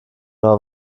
oder